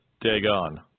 Dagon